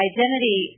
Identity